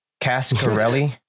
Cascarelli